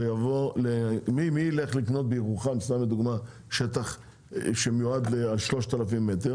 מי ילך לקנות בירוחם שטח שמיועד ל-3000 מטר?